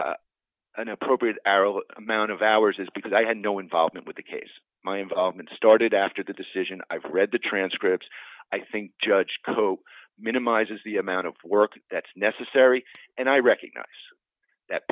an appropriate arrow amount of hours is because i had no involvement with the case my involvement started after the decision i've read the transcripts i think judge koch minimizes the amount of work that's necessary and i recognize that